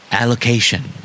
allocation